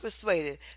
persuaded